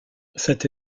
cette